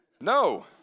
No